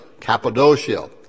Cappadocia